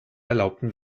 erlaubten